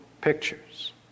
pictures